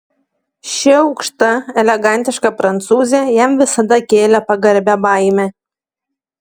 ši aukšta elegantiška prancūzė jam visada kėlė pagarbią baimę